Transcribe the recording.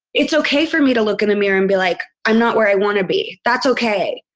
it's ok for me to look in the mirror and be like, i'm not where i want to be. that's ok.